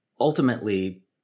ultimately